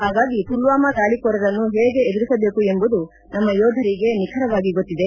ಹಾಗಾಗಿ ಪುಲ್ವಾಮ ದಾಳಿಕೋರರನ್ನು ಹೇಗೆ ಎದುರಿಸಬೇಕು ಎಂಬುದು ನಮ್ನ ಯೋಧರಿಗೆ ನಿಖರವಾಗಿ ಗೊತ್ತಿದೆ